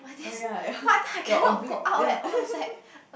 oh ya ya your oblique ya